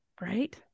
right